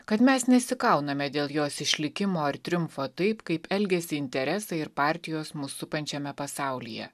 kad mes nesikauname dėl jos išlikimo ir triumfo taip kaip elgiasi interesai ir partijos mus supančiame pasaulyje